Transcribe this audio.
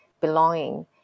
belonging